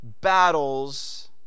battles